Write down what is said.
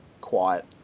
quiet